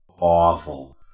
awful